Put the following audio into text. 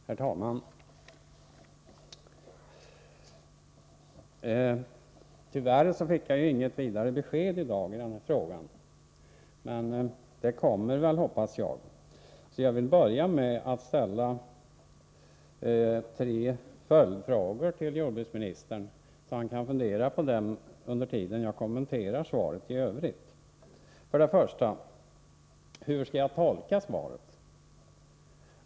Herr talman! Tyvärr fick jag inget vidare besked i dag i den här frågan, men jag hoppas att det kommer att lämnas senare. Jag vill börja med att ställa tre följdfrågor till jordbruksministern, så att han kan fundera på dem under tiden som jag kommenterar svaret i övrigt. För det första: Hur skall jag tolka svaret?